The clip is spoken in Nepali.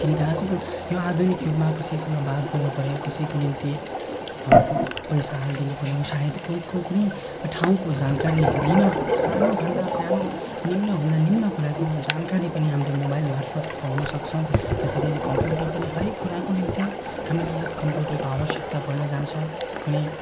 किनकि आजको यो आधुनिक युगमा कसैसँग बात गर्नुपऱ्यो कसैको निम्ति पैसा हालिदिनुपऱ्यो सायद कोही कोही कुनै ठाउँको जानकारी लिन सानोभन्दा सानो निम्नभन्दा निम्न कुराको जानकारी पनि हामीले मोबाइलमार्फत पाउन सक्छौँ त्यसरी नै कम्प्युटर पनि हरेक कुराको निम्ति हामीलाई यस कम्प्युटरको निम्ति आवश्यकता पर्न जान्छ कुनै